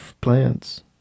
plants